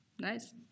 nice